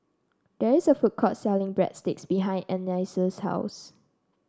there is a food court selling Breadsticks behind Anais' house